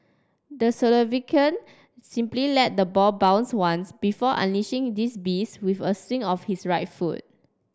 the Slovakian simply let the ball bounced once before unleashing this beast with a swing of his right foot